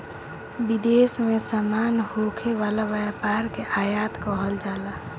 विदेश में सामान होखे वाला व्यापार के आयात कहल जाला